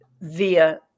via